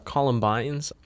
Columbines